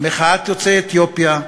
מחאת יוצאי אתיופיה,